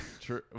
true